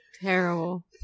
Terrible